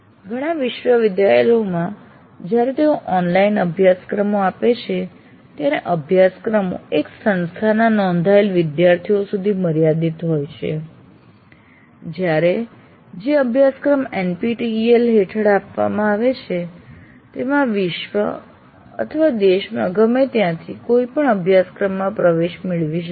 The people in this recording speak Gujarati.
ઘણા વિશ્વવિદ્યાલયોમાં જ્યારે તેઓ ઓનલાઈન અભ્યાસક્રમો આપે છે ત્યારે અભ્યાસક્રમો એક સંસ્થાના નોંધાયેલ વિદ્યાર્થીઓ સુધી મર્યાદિત હોય છે જ્યારે જે અભ્યાસક્રમ NPTEL હેઠળ આપવામાં આવે છે તેમાં વિશ્વમાં અથવા દેશમાં ગમે ત્યાંથી કોઈ પણ અભ્યાસક્રમમાં પ્રવેશ મેળવી શકે છે